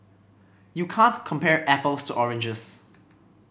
you can't compare apples to oranges